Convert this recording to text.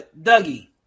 Dougie